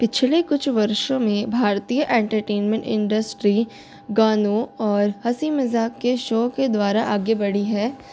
पिछले कुछ वर्षों में भारतीय एंटरटेनमेंट इंडस्ट्री गानों और हँसी मज़ाक के शो के द्वारा आगे बढ़ी है